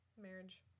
Marriage